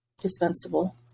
dispensable